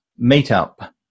Meetup